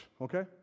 okay